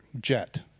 jet